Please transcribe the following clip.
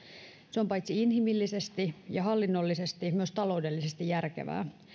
se on paitsi inhimillisesti ja hallinnollisesti myös taloudellisesti järkevää